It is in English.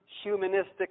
humanistic